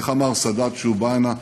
איך אמר סאדאת כשהוא בא הנה,